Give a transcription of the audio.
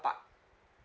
park